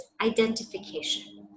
identification